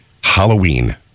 Halloween